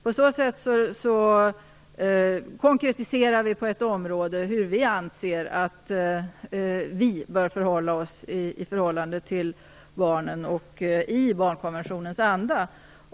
På så sätt konkretiseras på ett område hur vi anser att vi bör förhålla oss i förhållande till barnen och till barnkonventionens anda.